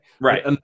Right